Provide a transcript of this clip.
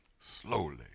slowly